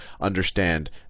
understand